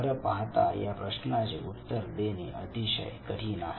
खरं पाहता या प्रश्नाचे उत्तर देणे अतिशय कठीण आहे